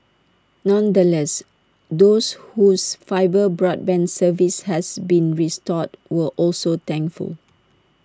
nonetheless those whose fibre broadband service has been restored were also thankful